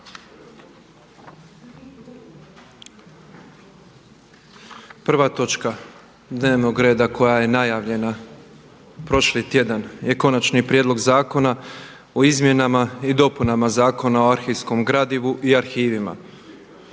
svim opaskama. Sljedeća točka dnevnog reda je Konačni prijedlog zakona o izmjenama i dopunama Zakona o arhivskom gradivu i arhivima,